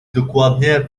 dokładnie